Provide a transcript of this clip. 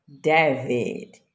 David